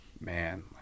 man